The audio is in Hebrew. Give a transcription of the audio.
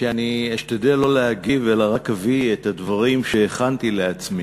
שאני אשתדל לא להגיב אלא רק אביא את הדברים שהכנתי לעצמי.